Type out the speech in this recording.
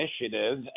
initiative